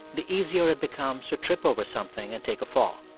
the easier it becomes to trip over something and take a fall.